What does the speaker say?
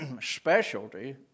specialty